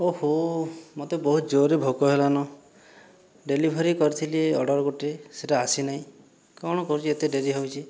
ଓଃହୋ ମତେ ବହୁତ ଜୋରରେ ଭୋକ ହେଲାନ ଡେଲିଭରି କରିଥିଲି ଅର୍ଡ଼ର ଗୋଟେ ସେଇଟା ଆସି ନାଇ କଣ କରୁଛି ଏତେ ଡେରି ହେଉଛି